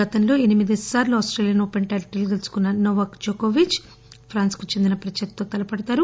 గతంలో ఎనిమిది సార్లు ఆస్టేలియన్ ఓపెన్ టైటిల్ గెల్పుకున్న నొవాక్ జొకోవిచ్ ప్రెండ్స్ కి చెందిన ప్రత్యర్థులతో తలపడనున్నారు